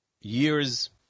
years